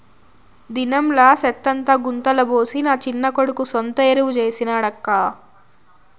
దినంలా సెత్తంతా గుంతల పోసి నా చిన్న కొడుకు సొంత ఎరువు చేసి నాడక్కా